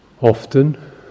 often